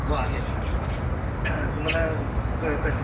हो आहेत ना तुम्हाला क कसं